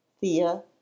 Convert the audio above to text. Thea